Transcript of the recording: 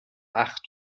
acht